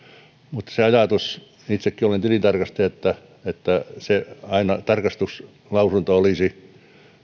mutta se ajatus itsekin olen tilintarkastaja että että aina se tarkastuslausunto olisi